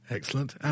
Excellent